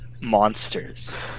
monsters